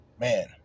man